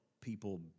people